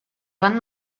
van